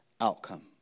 outcome